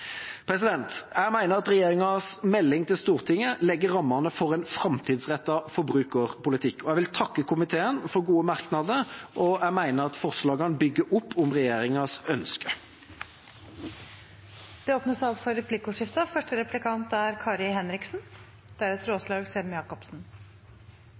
Jeg mener at regjeringas melding til Stortinget legger rammene for en framtidsrettet forbrukerpolitikk. Jeg vil takke komiteen for gode merknader, og jeg mener at forslagene bygger opp om regjeringas